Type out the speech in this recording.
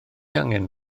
angen